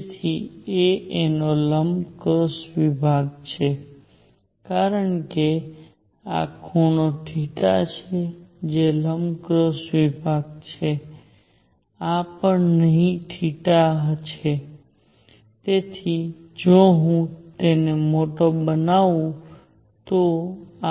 તેથી a એનો લંબ ક્રોસ વિભાગ છે કારણ કે આ ખૂણો છે જે લંબ ક્રોસ વિભાગ છે આ પણ અહીં છે તેથી જો હું તેને મોટો બનાવું તો